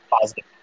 positive